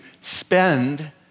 spend